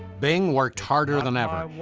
bing worked harder than ever,